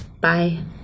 bye